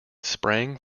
spraying